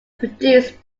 produced